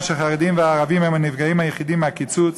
שחרדים וערבים הם הנפגעים היחידים מהקיצוץ.